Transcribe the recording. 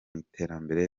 iterambere